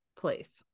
place